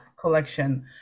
collection